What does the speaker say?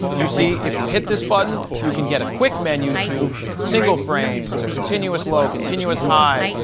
you see if you hit this button, you can get a quick menu to single frame to continuous low, continuous high,